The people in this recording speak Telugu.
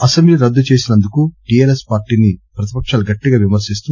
అసెంబ్లీ రద్దు చేసినందుకు టీఆర్ఎస్ పార్టీని ప్రతిపకాలు గట్టిగా విమర్శిస్తూ